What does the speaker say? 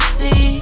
see